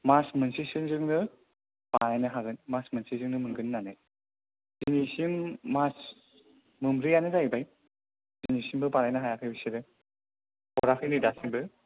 मास मोनससोजोंनो बानायनो हागोन मास मोनसेजोंनो मोनगोन होन्नानै दिनैसिम मास मोनब्रैयानो जाहैबाय दिनैसिमबो बानायनो हायाखै बिसोरो हराखै नै दासिमबो